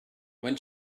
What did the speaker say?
when